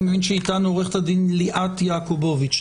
אני מבין שאיתנו עו"ד ליאת יעקובוביץ.